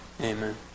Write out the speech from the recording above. Amen